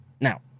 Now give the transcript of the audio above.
Now